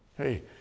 Hey